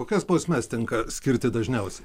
kokias bausmes tenka skirti dažniausiai